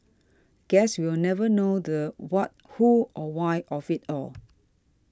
guess we'll never know the what who or why of it all